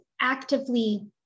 actively